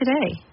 today